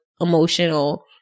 emotional